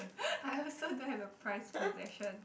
I also don't have a prized possession